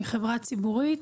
היא חברה ציבורית.